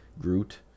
Groot